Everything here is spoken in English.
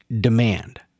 demand